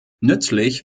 nützlich